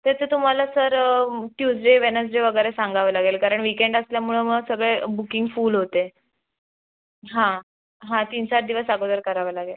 तसे तुम्हाला sir Tuesday Wednesday वगैरे सांगावे लागेल कारण विकेंड असल्यामुळं मग सगळे बुकिंग फुल होते हां हां तीन चार दिवस अगोदर करावं लागेल